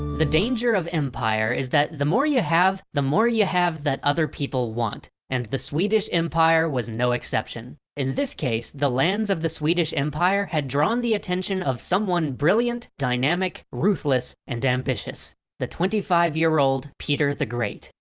the danger of empire, is that the more you have, the more you have that other people want. and the swedish empire was no exception. in this case, the lands of the swedish empire had drawn the attention of someone brilliant, dynamic, ruthless, and ambitious the twenty five year old, peter the great.